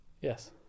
Yes